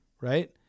Right